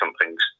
something's